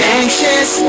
anxious